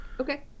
Okay